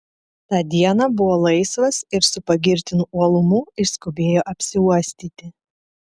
tą dieną buvo laisvas ir su pagirtinu uolumu išskubėjo apsiuostyti